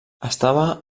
estava